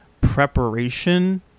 preparation